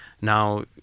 Now